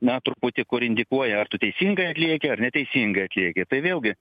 na truputį kur indikuoja ar tu teisingai atlieki ar neteisingai atlieki tai vėlgi